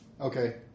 Okay